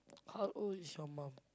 how old is your mum